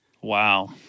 Wow